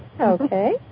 Okay